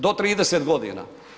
Do 30 godina.